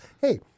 Hey